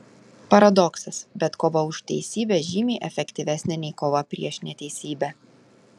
paradoksas bet kova už teisybę žymiai efektyvesnė nei kova prieš neteisybę